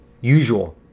usual